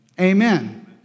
Amen